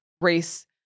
race